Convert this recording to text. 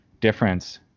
difference